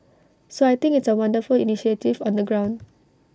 so I think it's A wonderful initiative on the ground